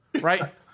right